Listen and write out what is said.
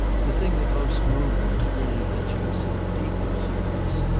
the thing that most moved him was really that she was so deeply serious.